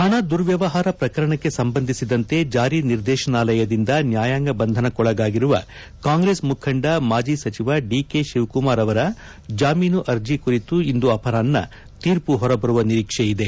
ಹಣ ದುರ್ವವ್ಯವಹಾರ ಪ್ರಕರಣಕ್ಕೆ ಸಂಬಂಧಿಸಿದಂತೆ ಜಾರಿ ನಿರ್ದೇಶನಾಲಯದಿಂದ ನ್ಯಾಯಾಂಗ ಬಂಧನಕ್ಕೊಳಗಾಗಿರುವ ಕಾಂಗ್ರೆಸ್ ಮುಖಂಡ ಮಾಜಿ ಸಚಿವ ಡಿಕೆ ಶಿವಕುಮಾರ್ ಅವರ ಜಾಮೀನು ಅರ್ಜಿ ಕುರಿತು ಇಂದು ಅಪರಾಹ್ನ ತೀರ್ಪು ಹೊರ ಬರುವ ನಿರೀಕ್ಷೆಯಿದೆ